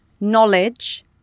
knowledge